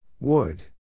Wood